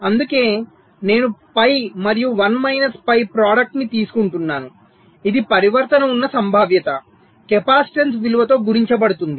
అందుకే నేను పై మరియు 1 మైనస్ పై ప్రాడక్టు ని తీసుకుంటాను ఇది పరివర్తన ఉన్న సంభావ్యత కెపాసిటెన్స్ విలువతో గుణించబడుతుంది